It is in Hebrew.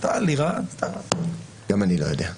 אתה לירון --- גם אני לא יודע.